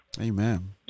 Amen